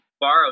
borrowed